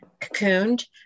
cocooned